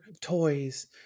toys